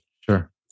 Sure